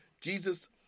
Jesus